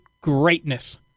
greatness